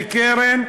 בקרן,